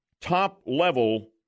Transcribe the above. top-level